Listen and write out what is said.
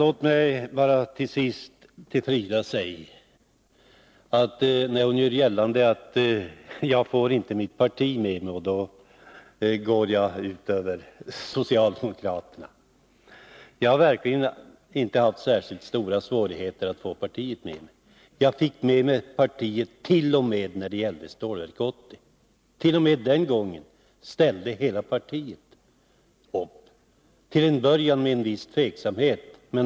Frida Berglund säger att jag inte får mina partikamrater med mig, och då går det ut över socialdemokraterna. Jag har verkligen inte haft stora svårigheter att få partiet med mig. Jag fick med mig partiet t.o.m. när det gällde Stålverk 80. Även den gången ställde hela partiet upp, till en början med en viss tveksamhet.